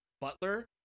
butler